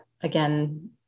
again